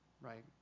right